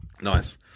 Nice